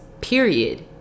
period